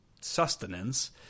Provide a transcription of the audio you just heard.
sustenance